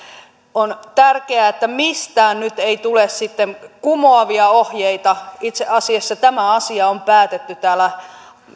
on tärkeää että mistään nyt ei tule sitten kumoavia ohjeita itse asiassa tämä asia on päätetty täällä